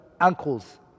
ankles